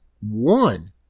one